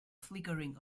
flickering